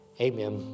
amen